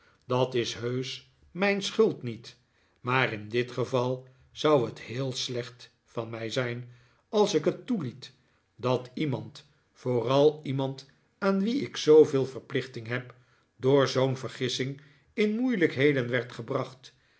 dat is heusch mijn schuld niet maar in dit geval zou het heel slecht van mij zijn als ik het toeliet dat iemand vooral iemand aan wie ik zooveel verplichting heb door zoo'n vergissing in moeilijkheden werd gebracht